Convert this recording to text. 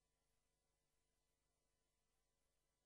בואו נדבר על פעולותיו האחרות